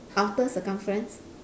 outer circumference